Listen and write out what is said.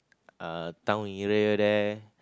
uh town area there